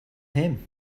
him